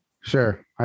Sure